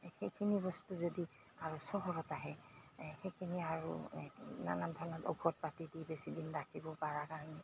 সেইখিনি বস্তু যদি আৰু চহৰত আহে সেইখিনি আৰু এই নানান ধৰণৰ ঔষধ পাতি দি বেছিদিন ৰাখিব পৰা কাৰণে